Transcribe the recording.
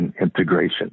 integration